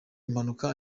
impanuka